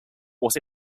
what